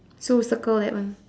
so we circle that one